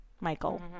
Michael